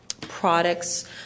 products